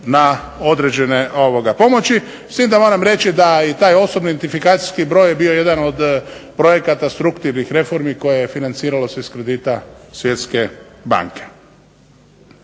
na određene pomoći s tim da moram reći da i taj osobni identifikacijski broj je bio jedan od projekata strukturnih reformi koje je financiralo se iz kredita Svjetske banke.